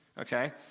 okay